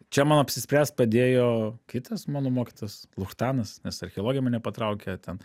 čia man apsispręst padėjo kitas mano mokytojas luchtanas nes archeologija mane patraukė ten